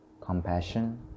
compassion